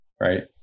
right